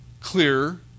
clear